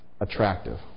attractive